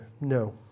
No